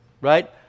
Right